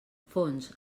fons